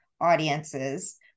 audiences